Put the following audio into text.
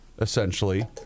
essentially